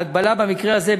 ההגבלה במקרה הזה,